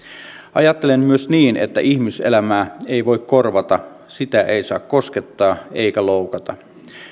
ajattelen myös niin että ihmiselämää ei voi korvata sitä ei saa koskettaa eikä loukata